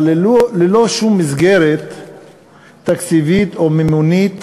אבל ללא שום מסגרת תקציבית או מימונית